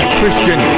Christian